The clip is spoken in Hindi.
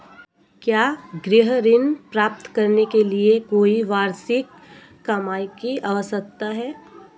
क्या गृह ऋण प्राप्त करने के लिए कोई वार्षिक कमाई की आवश्यकता है?